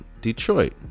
Detroit